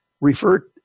refer